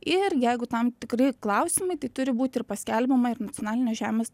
ir jeigu tam tikri klausimai tai turi būt ir paskelbiama ir nacionalinės žemės